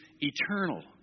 eternal